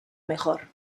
mejor